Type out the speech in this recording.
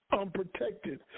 unprotected